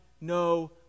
no